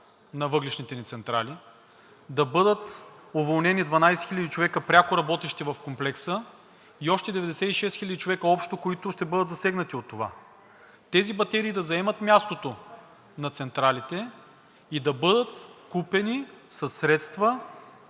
на въглищните ни централи, да бъдат уволнени 12 хиляди човека, пряко работещи в комплекса, и още 96 хиляди човека общо, които ще бъдат засегнати от това. Тези батерии да заемат мястото на централите и да бъдат купени със средства